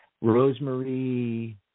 Rosemary